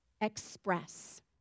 Express